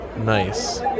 Nice